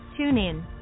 TuneIn